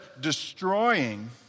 destroying